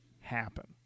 happen